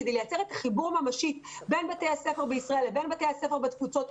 כדי לייצר את החיבור הממשי בין בתי הספר בישראל לבין בתי הספר בתפוצות,